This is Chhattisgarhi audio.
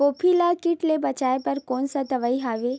गोभी ल कीट ले बचाय बर कोन सा दवाई हवे?